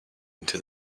into